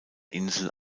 insel